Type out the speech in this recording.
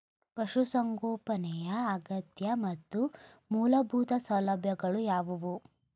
ಪಶುಸಂಗೋಪನೆಯ ಅಗತ್ಯ ಮತ್ತು ಮೂಲಭೂತ ಸೌಲಭ್ಯಗಳು ಯಾವುವು?